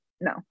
no